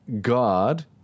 God